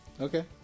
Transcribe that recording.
Okay